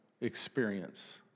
experience